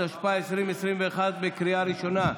התשפ"א 2021, לקריאה ראשונה.